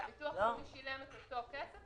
לא, הביטוח הלאומי שילם את אותו כסף.